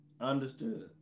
Understood